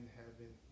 heaven